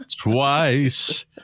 Twice